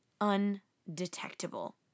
undetectable